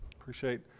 Appreciate